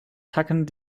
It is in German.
tacken